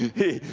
he,